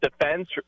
defense